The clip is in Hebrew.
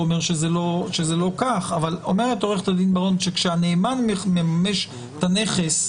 אומר שזה לא כך שכאשר הנאמן ממש את הנכס,